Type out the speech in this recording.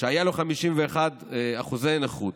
שהיו לו 51% נכות,